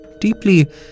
Deeply